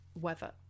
weather